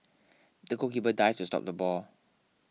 the goalkeeper dived to stop the ball